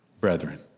brethren